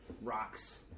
rocks